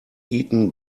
eaten